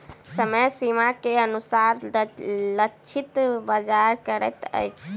समय सीमा के अनुसार लक्षित बाजार करैत अछि